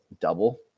double